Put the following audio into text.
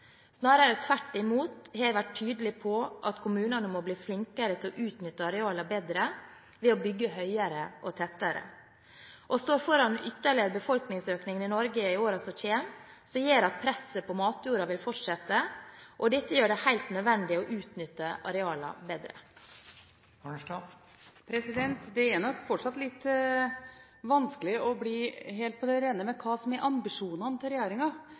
Snarere tvert imot har jeg vært tydelig på at kommunene må bli flinkere til å utnytte arealene bedre ved å bygge høyere og tettere. Vi står foran ytterligere befolkningsøkning i Norge i årene som kommer, som gjør at presset på matjorda vil fortsette. Dette gjør det helt nødvendig å utnytte arealene bedre. Det er fortsatt litt vanskelig å bli helt på det rene med hva som konkret er ambisjonene til